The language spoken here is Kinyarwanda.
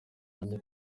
bane